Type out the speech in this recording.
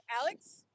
Alex